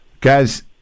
guys